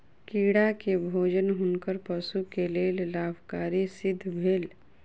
कीड़ा के भोजन हुनकर पशु के लेल लाभकारी सिद्ध भेल